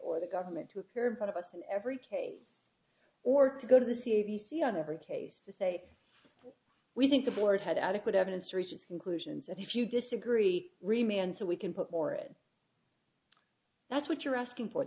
or the government to appear in front of us in every case or to go to the c b c on every case to say we think the board had adequate evidence to reach its conclusions if you disagree remey and so we can put more it that's what you're asking